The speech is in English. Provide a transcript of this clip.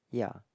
ya